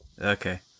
okay